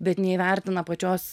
bet neįvertina pačios